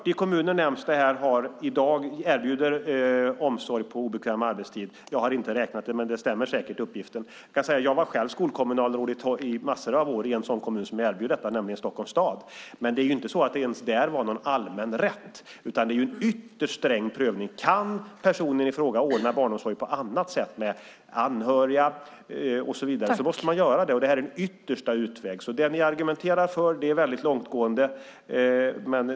Här nämns det att 40 kommuner i dag erbjuder omsorg på obekväm arbetstid. Jag har inte räknat, men uppgiften stämmer säkert. Jag var själv i en massa år skolkommunalråd i en kommun som erbjöd det, nämligen i Stockholms stad. Men inte ens där var detta en allmän rätt. I stället sker en ytterst sträng prövning. Om personen i fråga själv kan ordna barnomsorg på annat sätt - med anhöriga exempelvis - måste man göra det. Det som det här talas om är en yttersta utväg. Det ni argumenterar för är alltså väldigt långtgående.